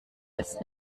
als